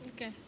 Okay